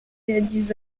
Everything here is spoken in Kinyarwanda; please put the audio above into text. yagize